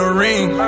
ring